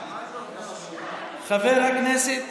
חברת הכנסת